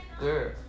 Girl